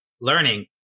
learning